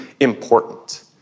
important